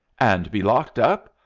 and be locked up,